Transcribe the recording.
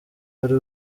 ari